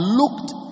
looked